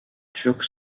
turcs